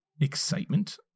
excitement